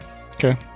okay